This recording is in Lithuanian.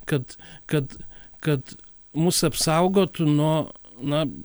kad kad kad mus apsaugotų no na